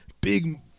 big